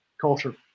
culture